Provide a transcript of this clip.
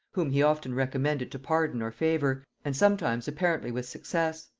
whom he often recommended to pardon or favor, and sometimes apparently with success.